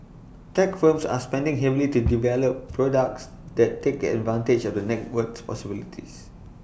tech firms are spending heavily to develop products that take advantage of the network's possibilities